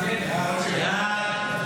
סעיפים 1 2 נתקבלו.